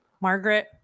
Margaret